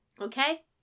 Okay